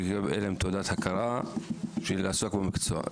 שתהיה תעודת הכרה לעסוק במקצוע.